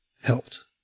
helped